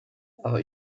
aber